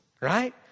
right